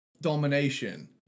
Domination